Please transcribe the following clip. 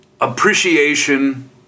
appreciation